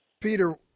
Peter